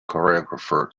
choreographer